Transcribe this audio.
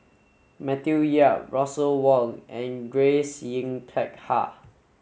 Matthew Yap Russel Wong and Grace Yin Peck Ha